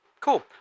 Cool